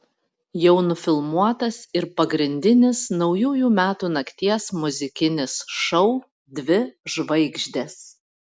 jau nufilmuotas ir pagrindinis naujųjų metų nakties muzikinis šou dvi žvaigždės